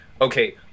okay